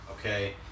okay